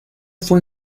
fue